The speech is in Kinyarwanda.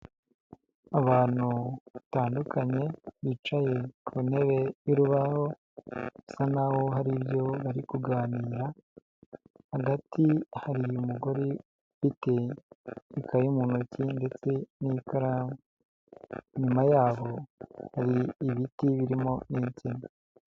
Abantu batandukanye bicaye ku ntebe y'urubaho, bisa nk'aho hari ibyo bari kuganira, hagati hari umugore ufite ikayi mu ntoki ndetse n'ikaramu inyuma y'aho hari ibiti birimo n'insina.